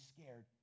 scared